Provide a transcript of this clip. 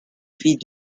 fils